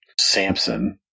Samson